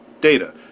data